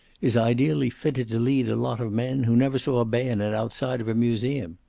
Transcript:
is ideally fitted to lead a lot of men who never saw a bayonet outside of a museum.